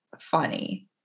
funny